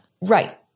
Right